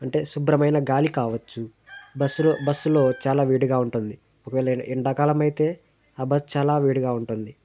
అంటే శుభ్రమైన గాలి కావచ్చు బస్సులో బస్సులో చాలా వేడిగా ఉంటుంది ఒకవేళ ఎం ఎండాకాలం అయితే ఆ బస్సు చాలా వేడిగా ఉంటుంది